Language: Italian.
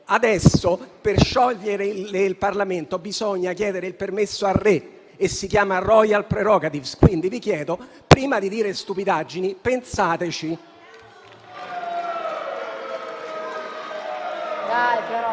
Adesso, per sciogliere il Parlamento, bisogna chiedere il permesso al re. Si chiama *royal prerogative*. Quindi, vi chiedo, prima di dire stupidaggini, di pensarci.